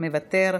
מוותר,